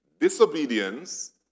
Disobedience